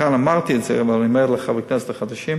כאן אמרתי את זה אבל אני אומר לחברי הכנסת החדשים,